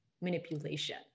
manipulation